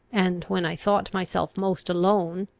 and when i thought myself most alone,